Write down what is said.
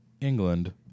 England